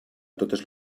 totes